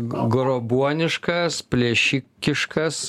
grobuoniškas plėšikiškas